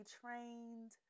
trained